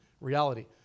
reality